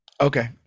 Okay